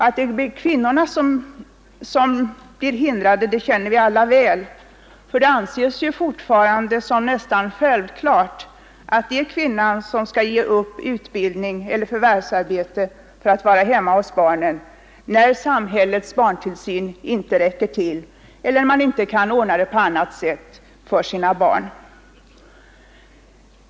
Att det är kvinnorna som blir hindrade känner vi alla väl, för det anses fortfarande såsom nästan självklart att det är kvinnan som skall ge upp utbildning och förvärvsarbete för att vara hemma hos barnen, när samhällets barntillsyn inte räcker till eller man inte kan ordna på annat sätt för sina barn.